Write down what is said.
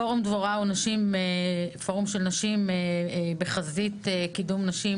פורום דבורה הוא פורום של נשים בחזית קידום נשים